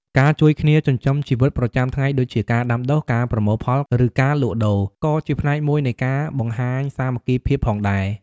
ការជួយគ្នាចិញ្ចឹមជីវិតប្រចាំថ្ងៃដូចជាការដាំដុះ ការប្រមូលផល ឬការលក់ដូរ ក៏ជាផ្នែកមួយនៃការបង្ហាញសាមគ្គីភាពផងដែរ។